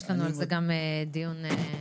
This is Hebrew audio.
יש לנו על זה גם דיון בוועדה.